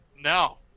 no